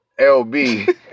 LB